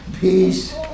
peace